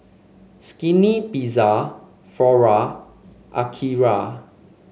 Skinny Pizza Flora Akira